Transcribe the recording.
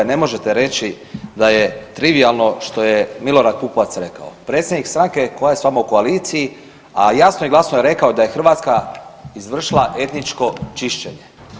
Ne možete reći da je trivijalno što je Milorad Pupovac rekao, predsjednik stranke koja je s vama u koaliciji, a jasno i glasno je rekao da je Hrvatska izvršila etničko čišćenje.